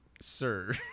Sir